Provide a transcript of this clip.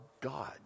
God